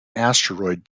asteroid